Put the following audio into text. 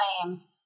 claims